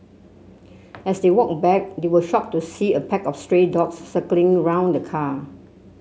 as they walked back they were shocked to see a pack of stray dogs circling around the car